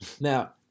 Now